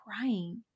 crying